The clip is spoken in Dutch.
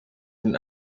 een